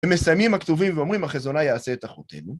ומסיימים הכתובים ואומרים החזונה יעשה את אחותינו.